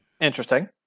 Interesting